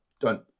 done